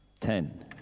ten